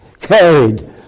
carried